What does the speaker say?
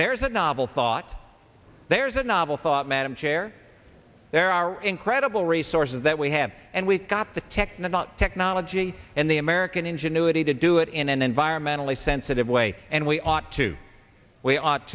there's a novel thought there's a novel thought madam chair there are incredible resources that we have and we've got the tech and the technology and the american ingenuity to do it in an environmentally sensitive way and we ought to we ought